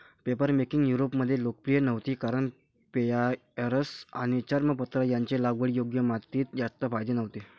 papermaking युरोपमध्ये लोकप्रिय नव्हती कारण पेपायरस आणि चर्मपत्र यांचे लागवडीयोग्य मातीत जास्त फायदे नव्हते